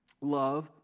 love